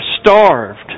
starved